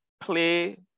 play